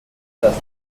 das